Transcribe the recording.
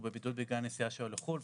הוא בבידוד בגלל הנסיעה שלו לחו"ל,